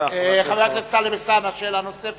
חבר הכנסת טלב אלסאנע, שאלה נוספת.